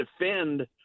defend